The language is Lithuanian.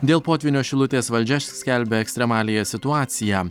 dėl potvynio šilutės valdžia skelbia ekstremaliąją situaciją